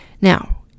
Now